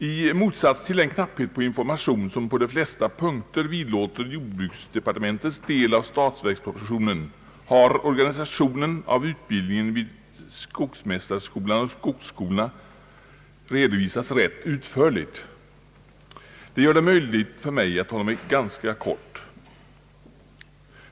I motsats till den knapphet på information som på de flesta punkter vidlåder jordbruksdepartementets del av statsverkspropositionen har organisationen av utbildningen vid skogsmästarskolan och skogsinstituten redovisats rätt utförligt. Jag kan därför fatta mig ganska kort.